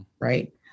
right